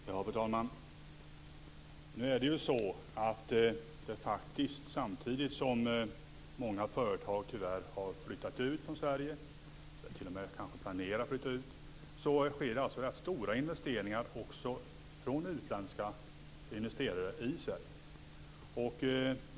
Fru talman! Nu är det faktiskt så att samtidigt som många företag tyvärr har flyttat ut från Sverige, eller planerar att flytta ut, sker det också rätt stora investeringar från utländska investerare i Sverige.